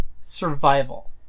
Survival